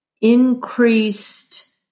increased